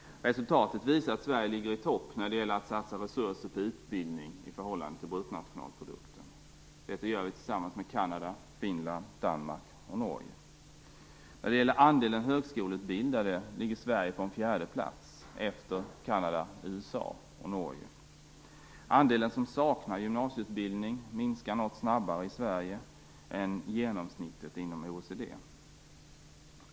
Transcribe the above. Resultatet visar att Sverige ligger i topp när det gäller att satsa resurser på utbildning i förhållande till BNP. Detta gör vi tillsammans med Kanada, Finland, Danmark och Norge. Vad det gäller andelen högskoleutbildade ligger Sverige på en fjärdeplats efter Kanada, USA och Norge. Andelen som saknar gymnasieutbildning minskar något snabbare i Sverige än genomsnittet inom OECD.